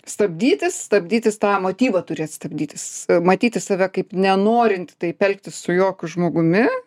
stabdytis stabdytis tą motyvą turėt stabdytis matyti save kaip nenorintį taip elgtis su jokiu žmogumi